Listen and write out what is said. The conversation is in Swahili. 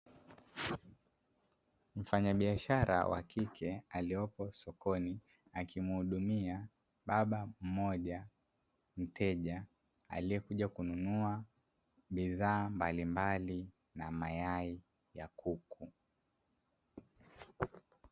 Mfanyabiashara wakike, aliyopo sokoni akimhudumia baba mmoja (mteja), aliyekuja kununua bidhaa mbalimbali na mayai ya kuku.